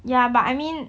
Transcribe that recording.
ya but I mean